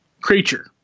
creature